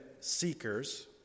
seekers